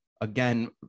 Again